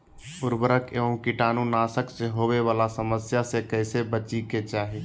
उर्वरक एवं कीटाणु नाशक से होवे वाला समस्या से कैसै बची के चाहि?